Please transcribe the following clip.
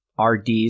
RDs